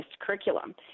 curriculum